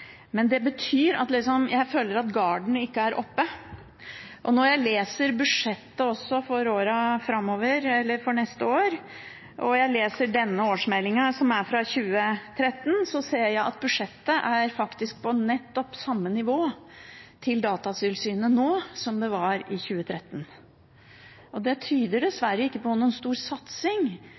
Men det betyr at jeg føler at «guarden» ikke er oppe. Når jeg leser budsjettet også for neste år, og jeg leser denne årsmeldingen, fra 2013, ser jeg at budsjettet faktisk er på nettopp samme nivå for Datatilsynet nå som det var i 2013. Det tyder dessverre ikke på noen stor satsing